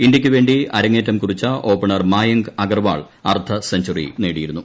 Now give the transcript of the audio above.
ഇന്ത്യയ്ക്ക് വേണ്ടി അരങ്ങേറ്റം കുറിച്ച ഓപ്പണർ മായങ്ക് അഗർവാൾ അർധ സെഞ്ചുറി നേടിയിരുന്നു